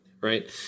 right